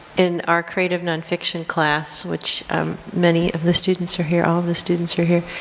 in our creative nonfiction class, which many of the students are here, all the students are here,